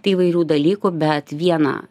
tai įvairių dalykų bet vieną